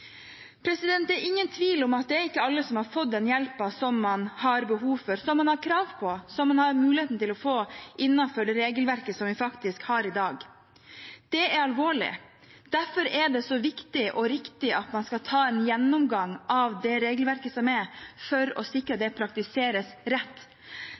Det er ingen tvil om at ikke alle har fått den hjelpen som man har behov for, som man har krav på, og som man har mulighet til å få innenfor det regelverket vi faktisk har i dag. Det er alvorlig. Derfor er det så viktig og riktig at man skal ta en gjennomgang av det regelverket som er, for å sikre at det praktiseres rett.